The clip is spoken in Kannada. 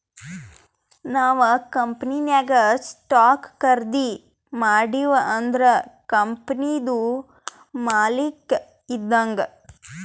ನಾವ್ ಕಂಪನಿನಾಗ್ ಸ್ಟಾಕ್ ಖರ್ದಿ ಮಾಡಿವ್ ಅಂದುರ್ ಕಂಪನಿದು ಮಾಲಕ್ ಇದ್ದಂಗ್